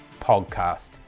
Podcast